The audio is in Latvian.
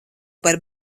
par